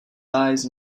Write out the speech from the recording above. eyes